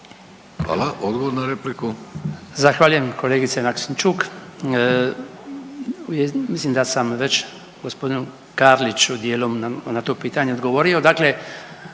**Bačić, Branko (HDZ)** Zahvaljujem kolegice Maksimčuk. Mislim da sam već g. Karliću dijelom na to pitanje odgovorio,